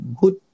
good